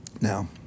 Now